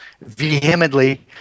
vehemently